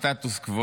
או הסטטוס קוו,